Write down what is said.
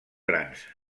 grans